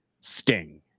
Sting